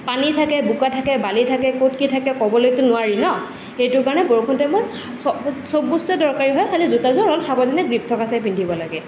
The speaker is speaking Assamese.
পানী থাকে বোকা থাকে বালি থাকে ক'ত কি থাকে ক'বলৈটো নোৱাৰি ন সেইটোৰ কাৰণে বৰষুণ টাইমত চব বস্তুয়েই দৰকাৰী হয় খালী জোতাযোৰ অলপ সাৱধানে গ্ৰিপ থকা চাই পিন্ধিব লাগে